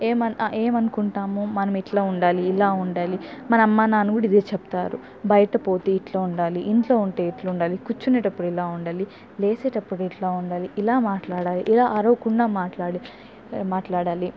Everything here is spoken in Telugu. ఏమ ఏమనుకుంటాము మనమిట్ల ఉండాలి ఇలా ఉండాలి మన అమ్మా నాన్న కూడా ఇదే చెప్తారు బయట పోతే ఇట్ల ఉండాలి ఇంట్లో ఉంటే ఇట్ల ఉండాలి కుర్చునేటప్పుడు ఇలా ఉండాలి లేసేటప్పుడు ఇట్లా ఉండాలి ఇలా మాట్లాడాలి ఇలా అరవకుండా మాట్లాడు మాట్లాడాలి